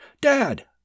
Dad